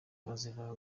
azira